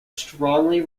strongly